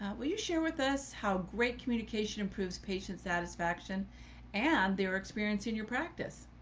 will you share with us how great communication improves patient satisfaction and their experience in your practice?